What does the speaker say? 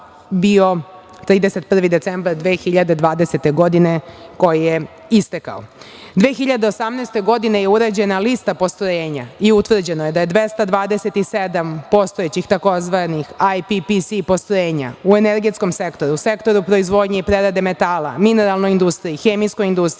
bio 31. decembar 2020. godine, koji je istekao. Godine 2018. je urađena lista postrojenja i utvrđeno je, da je 227 postojećih takozvanih „ajpi pisi“ i postrojenja u energetskom sektoru, sektoru proizvodnje i prerade metala, mineralnoj industriji, hemijskoj industriji,